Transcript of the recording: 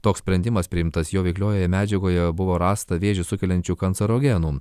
toks sprendimas priimtas jo veikliojoje medžiagoje buvo rasta vėžį sukeliančių kancerogenų